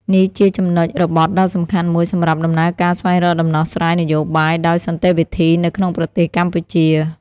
នេះជាចំណុចរបត់ដ៏សំខាន់មួយសម្រាប់ដំណើរការស្វែងរកដំណោះស្រាយនយោបាយដោយសន្តិវិធីនៅក្នុងប្រទេសកម្ពុជា។